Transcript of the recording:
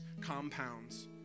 compounds